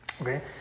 Okay